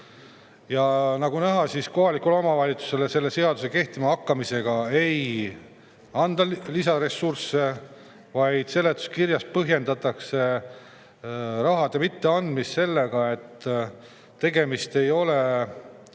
nagu näha, kohalikule omavalitsusele selle seaduse kehtima hakkamise korral lisaressursse ei anta. Seletuskirjas põhjendatakse raha mitteandmist sellega, et tegemist ei ole